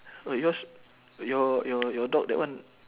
oh yours your your your dog that one